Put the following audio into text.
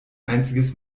einziges